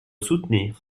soutenir